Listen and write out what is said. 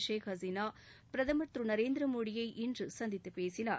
ஷேக் ஹசீனாபிரதமா் திரு நரேந்திர மோடியை இன்று சந்தித்து பேசினார்